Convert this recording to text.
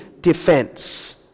defense